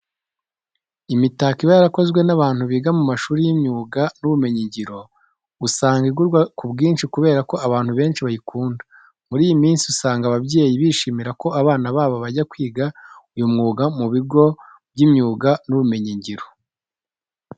Imitako iba yarakozwe n'abantu biga mu mashuri y'imyuga n'ubumenyingiro usanga igurwa ku bwinshi kubera ko abantu benshi bayikunda. Muri iyi minsi usanga ababyeyi bishimira ko abana babo bajya kwiga uyu mwuga mu bigo by'imyuga n'ubumenyingiro.